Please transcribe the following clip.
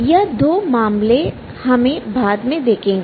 यह दो मामले हमें बाद में देखेंगे